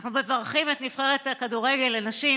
אנחנו מברכים את נבחרת הכדורגל לנשים,